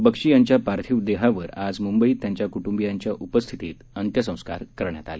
बक्षी यांच्या पार्थिव देहावर आज मुंबईत त्यांच्या कुटुबियांच्या उपस्थितीत अत्यंसंस्कार करण्यात आले